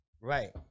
right